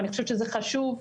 ואני חושבת שזה חשוב.